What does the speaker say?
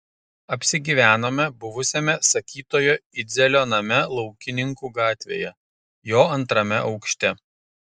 apsigyvenome buvusiame sakytojo idzelio name laukininkų gatvėje jo antrame aukšte